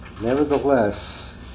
Nevertheless